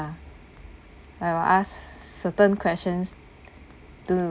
lah I will ask certain questions to